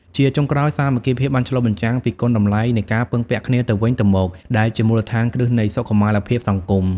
ជាចុងក្រោយ សាមគ្គីភាពបានឆ្លុះបញ្ចាំងពីគុណតម្លៃនៃការពឹងពាក់គ្នាទៅវិញទៅមក ដែលជាមូលដ្ឋានគ្រឹះនៃសុខុមាលភាពសង្គម។